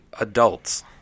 adults